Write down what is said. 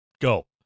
go